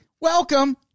welcome